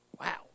Wow